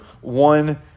one